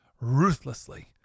ruthlessly